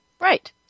Right